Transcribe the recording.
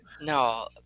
no